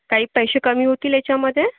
काही पैसे कमी होतील याच्यामध्ये